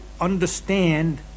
understand